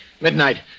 Midnight